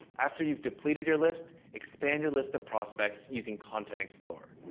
after you've depleted your list, expand your list of prospects using content explorer.